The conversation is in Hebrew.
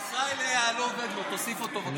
ישראל, לא עובד לו, תוסיף אותו, בבקשה.